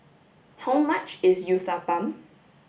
how much is Uthapam